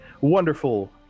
wonderful